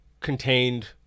contained